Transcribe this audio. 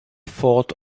thought